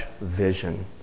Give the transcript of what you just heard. vision